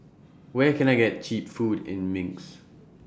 Where Can I get Cheap Food in Minsk